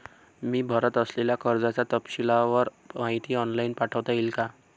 मी भरत असलेल्या कर्जाची तपशीलवार माहिती ऑनलाइन पाठवता येईल का?